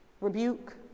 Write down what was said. Rebuke